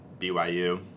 BYU